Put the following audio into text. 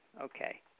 Okay